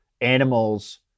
animals